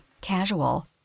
casual